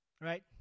right